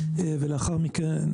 ולאחר מכן,